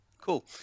cool